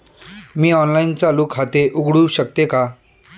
मी online चालू खाते उघडू शकते का?